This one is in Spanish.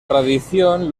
tradición